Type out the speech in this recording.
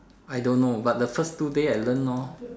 I don't know but the first two day I learn lor